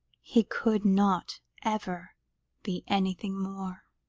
he could not ever be anything more.